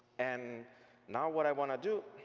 and now what i want to do